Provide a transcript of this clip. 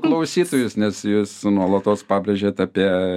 klausytojus nes jūs nuolatos pabrėžiat apie